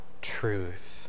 truth